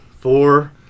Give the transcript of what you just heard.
four